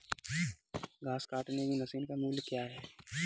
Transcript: घास काटने की मशीन का मूल्य क्या है?